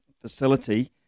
facility